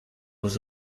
was